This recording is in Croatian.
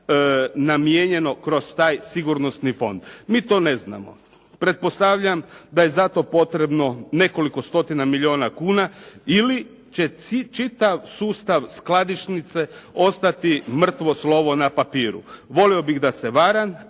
namijenjeno kroz taj sigurnosni fond? Mi to ne znamo. Pretpostavljam da je za to potrebno nekoliko stotina milijuna kuna ili će čitav sustav skladišnice ostati mrtvo slovo na papiru. Volio bih da se varam,